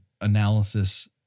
analysis